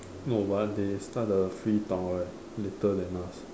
no but they start the free talk right later than us